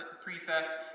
prefects